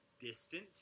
distant